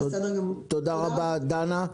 תודה רבה, דנה.